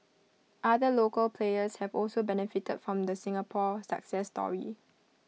other local players have also benefited from the Singapore success story